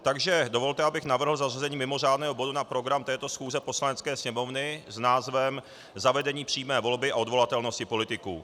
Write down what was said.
Takže dovolte, abych navrhl zařazení mimořádného bodu na program této schůze Poslanecké sněmovny s názvem Zavedení přímé volby a odvolatelnosti politiků.